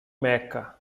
meca